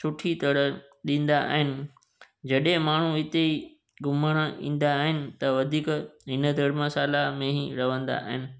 सुठी तरह ॾींदा आहिनि जॾहिं माण्हू हिते घुमण ईंदा आहिनि त वधीक इन धर्मशाला में ई रहंदा आहिनि